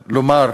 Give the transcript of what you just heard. לומר,